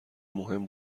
مهم